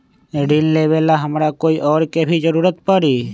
ऋन लेबेला हमरा कोई और के भी जरूरत परी?